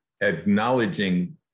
acknowledging